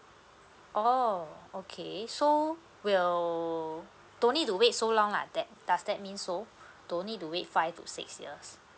oh okay so we'll don't need to wait so long lah that does that mean so don't need to wait five to six years